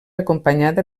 acompanyada